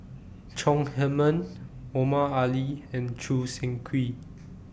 Chong Heman Omar Ali and Choo Seng Quee